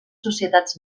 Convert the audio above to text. societats